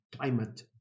climate